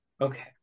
okay